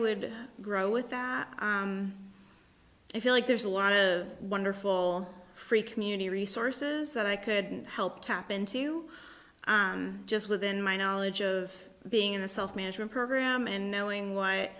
would grow with that i feel like there's a lot of wonderful free community resources that i couldn't help happen to you just within my knowledge of being in a self management program and knowing wh